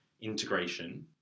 integration